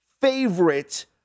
favorite